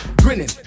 grinning